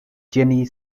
genie